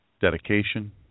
dedication